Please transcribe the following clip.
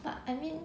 but I mean